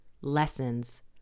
lessons